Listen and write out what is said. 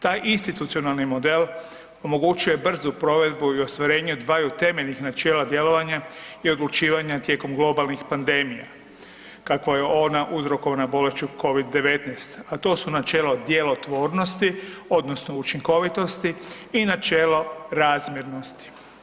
Taj institucionalni model omogućuje brzu provedbu i ostvarenju dvaju temeljnih načela djelovanja i odlučivanja tijekom globalnih pandemija, kakva je ona uzrokovana bolešću covid-19, a to su načelo djelotvornosti odnosno učinkovitosti i načelo razmjernosti.